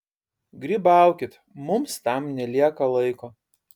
grybaukit mums tam nelieka laiko